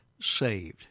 saved